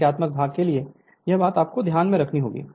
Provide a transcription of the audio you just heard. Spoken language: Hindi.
संख्यात्मक भाग के लिए यह बात आपको ध्यान में रखनी होगी